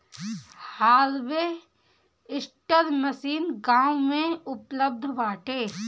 harvester machine गाँव में उपलब्ध बाटे